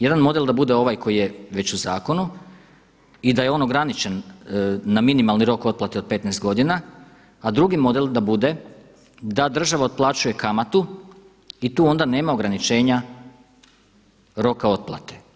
Jedan model da bude ovaj koji je već u zakonu i da je on ograničen na minimalni rok otplate od 15 godina, a drugi model da bude da država otplaćuje kamatu i tu onda nema ograničenja roka otplate.